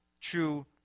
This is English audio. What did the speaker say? true